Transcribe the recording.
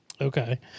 Okay